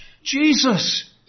Jesus